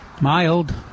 mild